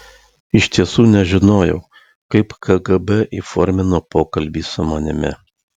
iš tiesų nežinojau kaip kgb įformino pokalbį su manimi